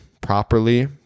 properly